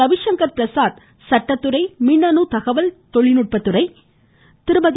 ரவிசங்கர் பிரசாத் சட்டத்துறை மின்னனு தகவல் தொழில்நுட்பத்துறை திருமதி